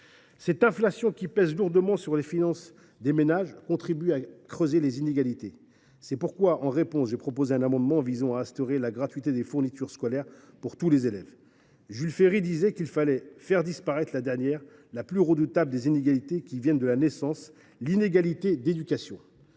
Cette inflation, qui pèse lourdement sur les finances des ménages, contribue à creuser les inégalités. C’est pourquoi je défendrai un amendement visant à instaurer la gratuité des fournitures scolaires pour tous les élèves. Jules Ferry disait :« Il faut faire disparaître la dernière, la plus redoutable des inégalités qui viennent de la naissance, l’inégalité d’éducation.